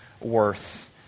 worth